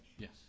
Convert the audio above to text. Yes